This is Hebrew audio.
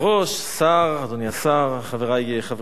אדוני היושב-ראש, אדוני השר, חברי חברי הכנסת,